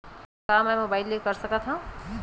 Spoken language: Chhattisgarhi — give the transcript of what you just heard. का मै मोबाइल ले कर सकत हव?